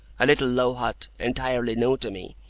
a little low hut, entirely new to me,